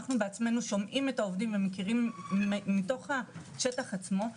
אנחנו שומעים את העובדים ומכירים את המקרה מתוך השטח עצמו,